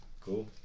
Cool